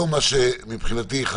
מבחינתי,